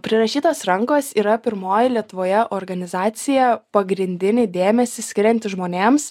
prirašytos rankos yra pirmoji lietuvoje organizacija pagrindinį dėmesį skirianti žmonėms